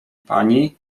pani